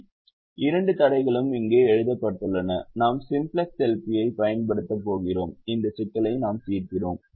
இரண்டு தடைகளும் இங்கே எழுதப்பட்டுள்ளன நாம் சிம்ப்ளக்ஸ் LP யைப் பயன்படுத்தப் போகிறோம் இந்த சிக்கலை நாம் தீர்க்கிறோம்